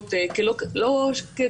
האחרונות לא כצעקתה.